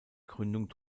gründung